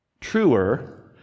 truer